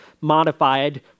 modified